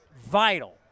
vital